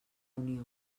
unió